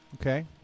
Okay